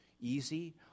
easy